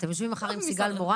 אתם יושבים מחר עם סיגל מורן?